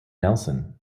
nelson